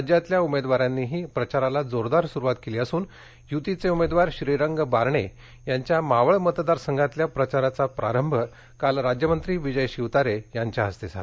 राज्यातल्या उमेदवारांनीही प्रचाराला जोरदार सुरुवात केली असून युतीचे उमेदवार श्रीरंग बारणे यांच्या मावळ मतदार संघातल्या प्रचाराचा प्रारंभ काल राज्यमंत्री विजय शिवतारे यांच्या हस्ते झाला